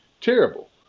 terrible